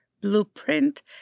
blueprint